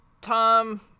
Tom